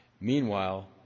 Meanwhile